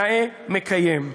נאה מקיים.